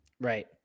Right